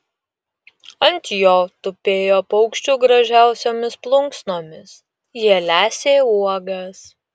ant jo tupėjo paukščių gražiausiomis plunksnomis jie lesė uogas